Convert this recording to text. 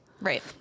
Right